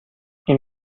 این